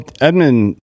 edmund